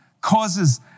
causes